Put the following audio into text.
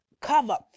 cover